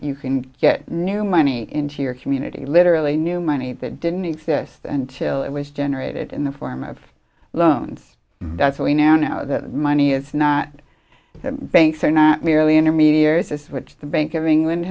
you can get new money into your community literally new money that didn't exist until it was generated in the form of loans that's why we now know that money is not the banks are not merely intermediaries this is what the bank of england